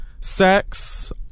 sex